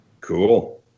Cool